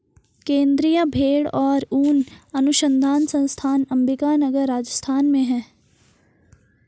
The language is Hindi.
केन्द्रीय भेंड़ और ऊन अनुसंधान संस्थान अम्बिका नगर, राजस्थान में है